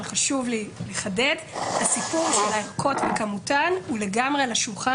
אבל חשוב לי לחדד: הסיפור של הארכות וכמותן הוא לגמרי על השולחן,